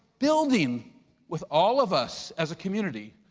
building with all of us as a community.